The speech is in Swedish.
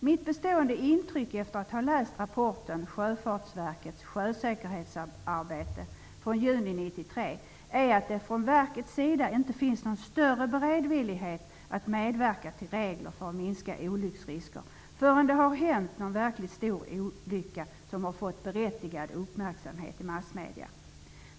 Mitt bestående intryck efter att ha läst rapporten Sjöfartsverkets sjösäkerhetsarbete från juni 1993 är att det från verkets sida inte finns någon större beredvillighet att medverka till regler för att minska olycksrisker, förrän det hänt någon verkligt stor olycka som fått berättigad uppmärksamhet i massmedia.